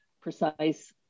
precise